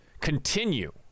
continue